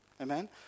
amen